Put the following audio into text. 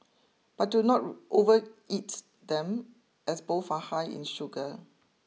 but do not overeat them as both are high in sugar